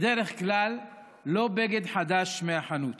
בדרך כלל לא בגד חדש מהחנות,